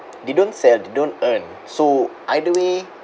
they don't sell they don't earn so either way